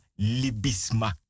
libisma